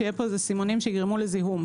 שיש פה סימונים שיגרמו לזיהום.